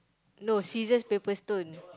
no scissors paper stone